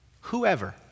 whoever